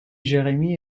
jérémie